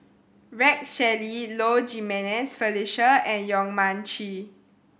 Rex Shelley Low Jimenez Felicia and Yong Mun Chee